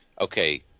okay